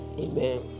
Amen